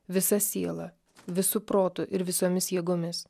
visa siela visu protu ir visomis jėgomis